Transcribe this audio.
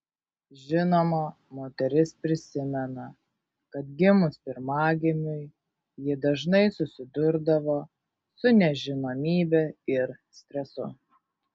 žinoma moteris prisimena kad gimus pirmagimiui ji dažnai susidurdavo su nežinomybe ir stresu